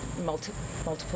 multiple